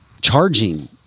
charging